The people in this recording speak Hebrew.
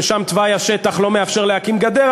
ששם תוואי השטח לא מאפשר להקים גדר,